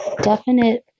definite